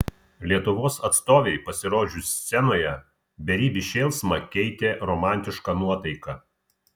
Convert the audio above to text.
lietuvos atstovei pasirodžius scenoje beribį šėlsmą keitė romantiška nuotaika